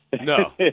no